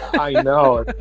i know.